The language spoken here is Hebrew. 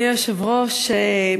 רבותי,